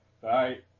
Bye